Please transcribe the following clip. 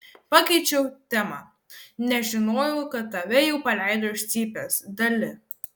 pakeičiau temą nežinojau kad tave jau paleido iš cypės dali